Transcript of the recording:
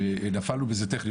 שנפלנו בזה טכנית.